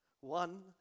one